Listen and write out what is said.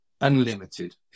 unlimited